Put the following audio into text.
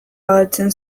agertzen